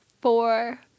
four